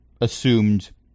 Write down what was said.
assumed